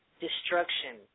destruction